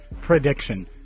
prediction